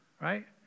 right